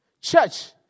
Church